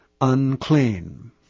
unclean